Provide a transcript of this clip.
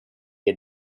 had